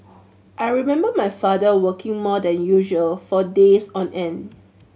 I remember my father working more than usual for days on end